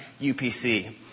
UPC